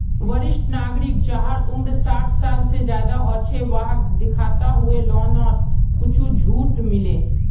वरिष्ठ नागरिक जहार उम्र साठ साल से ज्यादा हो छे वाहक दिखाता हुए लोननोत कुछ झूट मिले